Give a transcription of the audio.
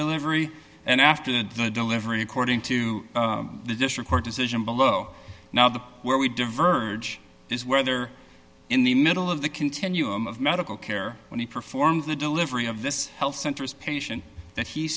delivery and after the the delivery according to the district court decision below now the where we diverge is whether in the middle of the continuum of medical care when he performed the delivery of this health centers patient that he